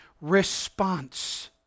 Response